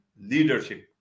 leadership